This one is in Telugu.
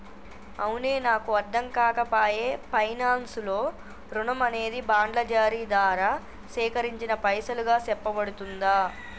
అవునే నాకు అర్ధంకాక పాయె పైనాన్స్ లో రుణం అనేది బాండ్ల జారీ దారా సేకరించిన పైసలుగా సెప్పబడుతుందా